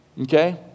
Okay